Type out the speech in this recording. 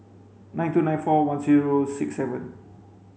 nine two nine four one zero six seven